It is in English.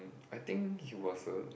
I think he was a